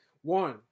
One